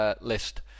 list